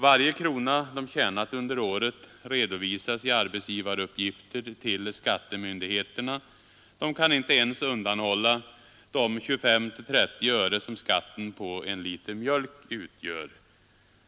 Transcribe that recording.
Varje krona dessa arbetare tjänat under året redovisas i arbetsgivaruppgifter till skattemyndigheterna. De kan inte ens undanhålla de 25—30 öre som skatten på en liter mjölk utgör.